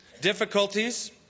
Difficulties